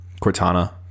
Cortana